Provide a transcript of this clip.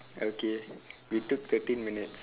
okay we took thirteen minutes